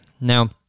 Now